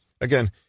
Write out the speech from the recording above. Again